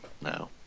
no